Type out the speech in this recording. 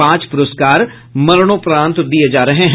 पांच पुरस्कार मरणोपरान्त दिये जा रहे हैं